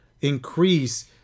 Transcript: increase